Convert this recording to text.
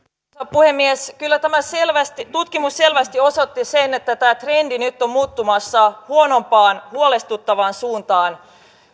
puhemies kyllä tämä tutkimus selvästi osoitti sen että tämä trendi nyt on muuttumassa huonompaan huolestuttavaan suuntaan